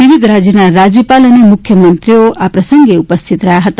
વિવિધ રાજ્યના રાજ્યપાલ અને મુખ્યમંત્રીઓ આ પ્રસંગે ઉપસ્થિત રહ્યા હતા